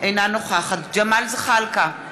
אינה נוכחת ג'מאל זחאלקה,